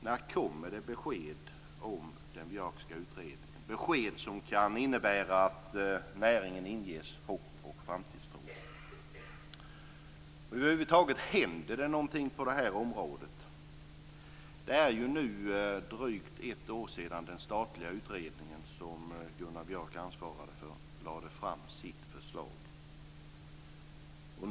När kommer det besked om den Björkska utredningen, besked som kan innebära att näringen inges hopp och framtidstro? Händer det över huvud taget något på det här området? Det är ju nu drygt ett år sedan den statliga utredning som Gunnar Björk ansvarade för lade fram sitt förslag.